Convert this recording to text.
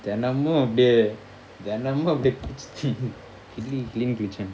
தினமும் அப்படியே தினமும் கிழி கிழி னு கிழிச்சாங்க:thinamum appadiy thinamum kizhi kizhi nu kizhichanga